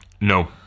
no